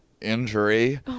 injury